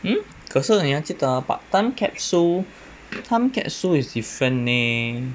hmm 可是你要记得 ah but time capsule time capsule is different leh